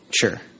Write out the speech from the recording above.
Sure